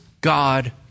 God